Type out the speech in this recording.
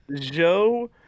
Joe